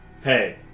Hey